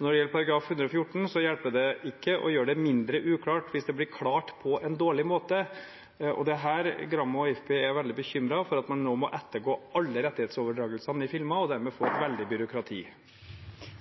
Når det gjelder § 114, hjelper det ikke å gjøre det mindre uklart hvis det blir klart på en dårlig måte. Og det er her Gramo og IFPI er veldig bekymret for at man nå må ettergå alle rettighetsoverdragelsene i filmer og dermed få et veldig byråkrati.